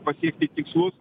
pasiekti tikslus